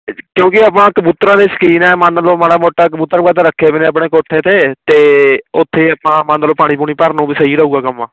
ਕਿਉਂਕਿ ਆਪਾਂ ਕਬੂਤਰਾਂ ਦੇ ਸ਼ੌਕੀਨ ਹੈ ਮੰਨ ਲਉ ਮਾੜਾ ਮੋਟਾ ਕਬੂਤਰ ਕਬਾਤਰ ਰੱਖੇ ਵੇ ਨੇ ਆਪਣੇ ਕੋਠੇ 'ਤੇ ਅਤੇ ਉੱਥੇ ਆਪਾਂ ਮੰਨ ਲਉ ਪਾਣੀ ਪੂਣੀ ਭਰਨ ਨੂੰ ਵੀ ਸਹੀ ਰਹੇਗਾ ਕੰਮ